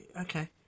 Okay